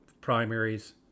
primaries